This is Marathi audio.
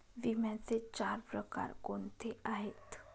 विम्याचे चार प्रकार कोणते आहेत?